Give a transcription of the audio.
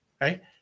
Right